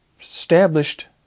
established